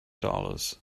dollars